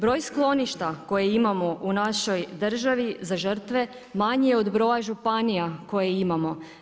Broj skloništa koje imamo u našoj državi za žrtve manje je od broja županija koje imamo.